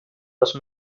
los